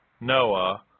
Noah